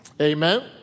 Amen